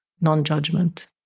non-judgment